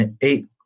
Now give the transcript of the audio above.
eight